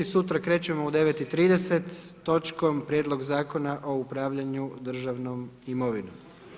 Sutra krećemo u 9 i 30 s točkom Prijedlog Zakona o upravljanju državnom imovinom.